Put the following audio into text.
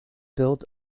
built